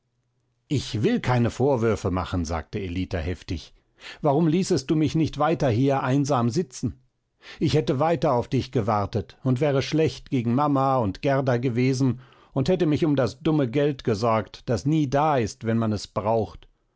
ich will keine vorwürfe machen sagte ellita heftig warum ließest du mich nicht weiter hier einsam sitzen ich hätte weiter auf dich gewartet und wäre schlecht gegen mama und gerda gewesen und hätte mich um das dumme geld gesorgt das nie da ist wenn man es braucht